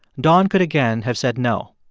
don could again have said no.